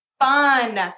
fun